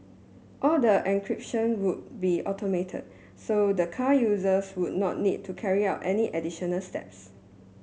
all the encryption would be automated so the car users would not need to carry out any additional steps